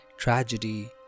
Tragedy